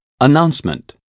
Announcement